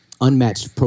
unmatched